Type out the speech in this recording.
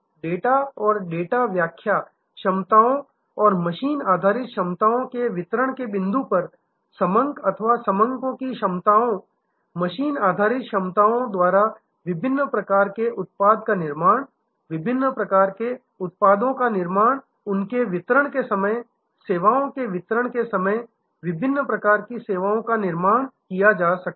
data और data व्याख्या क्षमताओं और मशीन आधारित क्षमताओं के वितरण के बिंदु पर समंक अथवा समंको की क्षमताओं मशीन आधारित क्षमताओं द्वारा विभिन्न प्रकार के उत्पाद का निर्माण विभिन्न प्रकार के उत्पादों का निर्माण उनके वितरण के समय सेवाओं के वितरण के समय विभिन्न प्रकार की सेवाओं का निर्माण किया जा सकता है